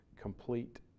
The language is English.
complete